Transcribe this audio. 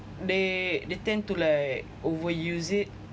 they they tend to like overuse it